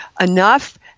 enough